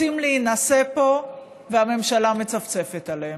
רוצים להינשא פה, והממשלה מצפצפת עליהם.